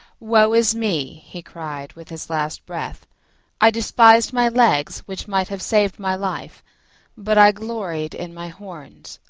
woe is me! he cried with his last breath i despised my legs, which might have saved my life but i gloried in my horns,